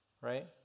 Right